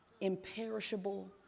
imperishable